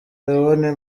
leon